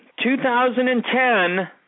2010